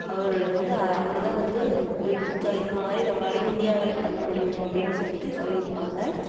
அவர் வந்து அவர்தான் வந்து இந் இப்படித்தான் இதுமாதிரி நம்மளாலேயும் இந்தியாவாலேயும் பண்ண முடியும் அப்படின்னு சொல்லிட்டு சொல்லியிருப்பாங்க